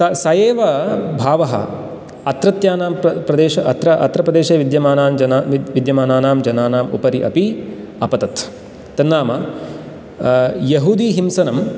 त स एव भावः अत्रत्यानां प्रदेश अत्र प्रदेशे विद्यमानानां जनानाम् उपरि अपि अपतत् तन्नाम यहुदीहिंसनं